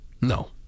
No